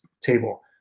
table